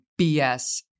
BS